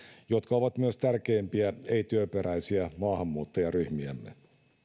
jotka ovat myös tärkeimpiä ei työperäisiä maahanmuuttajaryhmiämme